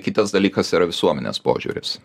kitas dalykas yra visuomenės požiūris